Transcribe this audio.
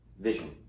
vision